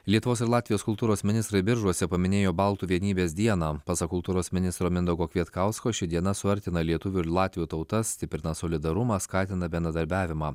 lietuvos ir latvijos kultūros ministrai biržuose paminėjo baltų vienybės dieną pasak kultūros ministro mindaugo kvietkausko ši diena suartina lietuvių ir latvių tautas stiprina solidarumą skatina bendradarbiavimą